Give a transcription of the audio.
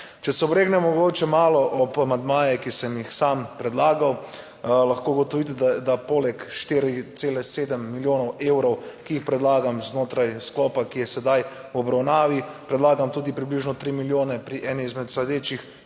Če se obregnem mogoče malo ob amandmaje, ki sem jih sam predlagal, lahko ugotovite, da poleg 4,7 milijonov evrov, ki jih predlagam znotraj sklopa, ki je sedaj v obravnavi, predlagam tudi približno 3 milijone pri eni izmed sledečih